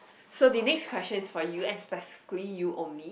so the next question is for you and specifically you only